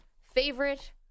favorite